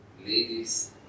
Ladies